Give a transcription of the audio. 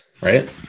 right